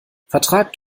vertragt